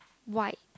white